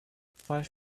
five